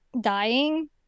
dying